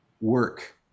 work